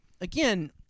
again